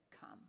come